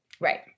Right